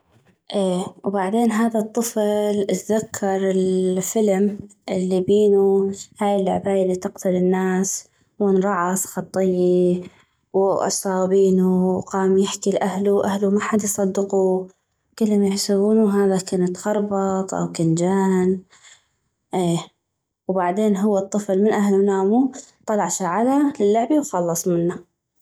اي وبعدين هذا الطفل اذكر الفلم الي بينو هاي العباي الي تقتل الناس وانرعص خطي واش صاغ بينو وقام يحكي لاهلو اهلو محد يصدقو كلهم يحسبونو هذا كن تخربط او كن جن اي وبعدين هذا الطفل من اهلو نامو طلع شعلا للعبي وخلص منا